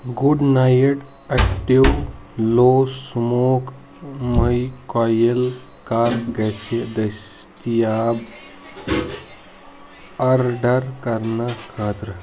Good night active low smoke مٔہۍ کۄیل کَر گژھِ دٔستیاب آڈر کرنہٕ خٲطرٕ؟